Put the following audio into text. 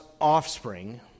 offspring